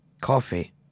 coffee